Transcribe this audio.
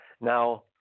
Now